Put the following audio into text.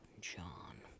John